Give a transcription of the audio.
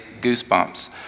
goosebumps